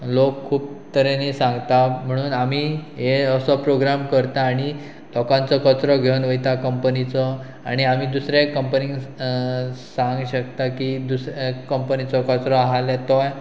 लोक खूब तरेनी सांगता म्हणून आमी हे असो प्रोग्राम करता आनी लोकांचो कचरो घेवन वयता कंपनीचो आनी आमी दुसऱ्या कंपनीक सांग शकता की दुसऱ्या कंपनीचो कचरो आहाले तो